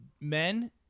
men